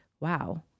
wow